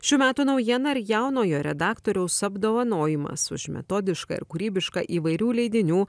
šių metų naujiena ir jaunojo redaktoriaus apdovanojimas už metodišką ir kūrybišką įvairių leidinių